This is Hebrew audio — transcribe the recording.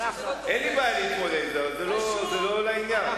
אין לי בעיה להתמודד עם זה, אבל זה לא לעניין.